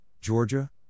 Georgia